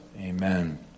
Amen